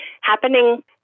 happening